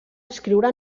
escriure